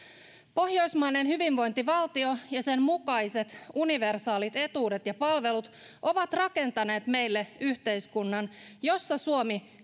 pohjoismainen hyvinvointivaltio ja sen mukaiset universaalit etuudet ja palvelut ovat rakentaneet meille yhteiskunnan jossa suomi